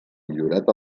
millorat